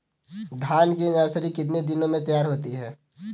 धान की नर्सरी कितने दिनों में तैयार होती है?